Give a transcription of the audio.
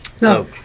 No